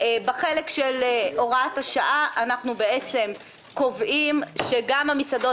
בחלק של הוראת השעה אנחנו בעצם קובעים שגם המסעדות